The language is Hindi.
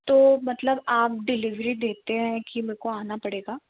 तो मतलब आप डिलीवरी देते हैं कि मे को आना पड़ेगा